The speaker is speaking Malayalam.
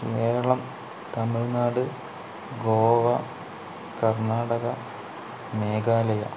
കേരളം തമിഴ്നാട് ഗോവ കർണ്ണാടക മേഘാലയ